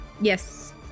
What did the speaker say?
Yes